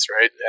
Right